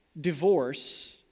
divorce